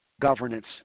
governance